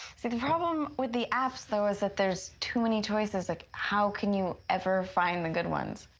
see, the problem with the apps though is that there's too many choices. like, how can you ever find the good ones?